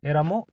ఏ రాము